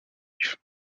juifs